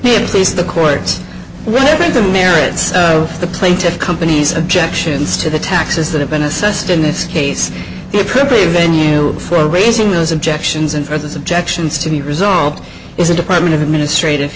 please the court whatever the merits of the plaintiff's company's objections to the taxes that have been assessed in this case the appropriate venue for raising those objections and for those objections to be resolved is a department of administrative